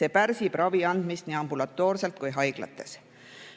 see pärsib ravi andmist nii ambulatoorselt kui ka haiglates.